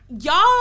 y'all